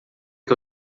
que